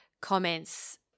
comments